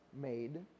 made